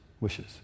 wishes